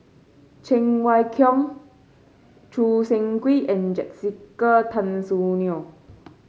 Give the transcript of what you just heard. Cheng Wai Keung Choo Seng Quee and Jessica Tan Soon Neo